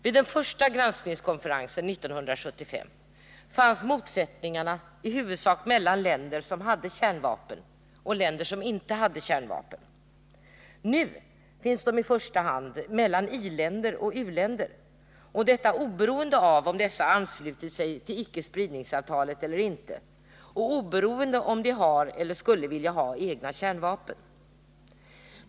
Vid den första granskningskonferensen 1975 fanns motsättningarna i huvudsak mellan länder som hade kärnvapen och länder som inte hade kärnvapen. Nu finns de i första hand mellan i-länder och u-länder —- detta oberoende av om dessa har anslutit sig till icke-spridningsavtalet eller inte och oberoende av om de har eller skulle vilja ha egna kärnvapen.